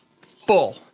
full